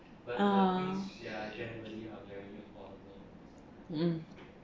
ah mm